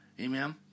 Amen